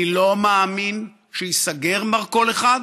אני לא מאמין שייסגר מרכול אחד,